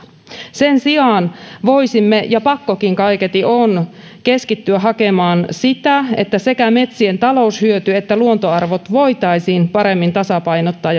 sen sijaan voisimme ja pakkokin kaiketi on keskittyä hakemaan sitä että sekä metsien taloushyöty että luontoarvot voitaisiin paremmin tasapainottaa